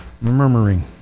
Murmuring